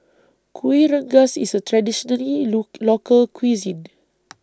Kueh Rengas IS A traditionally Local Cuisine